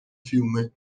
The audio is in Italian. fiume